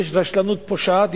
יש רשלנות פושעת,